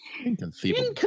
Inconceivable